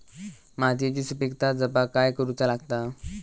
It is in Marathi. मातीयेची सुपीकता जपाक काय करूचा लागता?